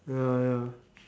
ya ya